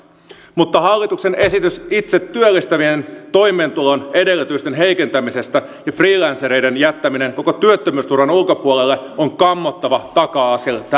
mutta hallituksen esitys itsetyöllistäjien toimeentulon edellytysten heikentämisestä ja freelancereiden jättäminen koko työttömyysturvan ulkopuolelle on kammottava taka askel tässä tavoitteessa